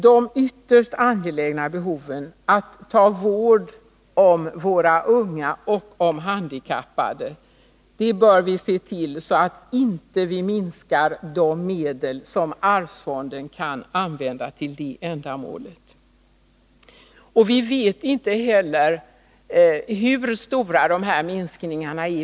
Vi bör se till att vi inte minskar de medel som arvsfonden kan använda till det ytterst angelägna ändamålet att ta vård om våra unga och om handikappade. Vi vet inte heller hur stora dessa minskningar blir.